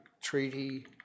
Treaty